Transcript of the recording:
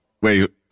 wait